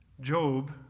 Job